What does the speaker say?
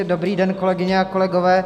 Dobrý den, kolegyně a kolegové.